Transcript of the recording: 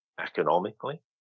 economically